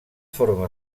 forma